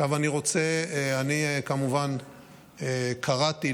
אני כמובן קראתי,